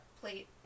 plate